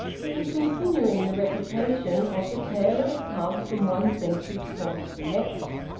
he was continuing the reputation of the tale of a tub from one century towards the next.